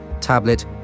tablet